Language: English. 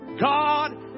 God